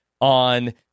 on